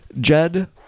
Jed